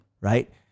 Right